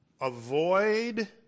avoid